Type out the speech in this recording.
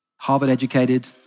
Harvard-educated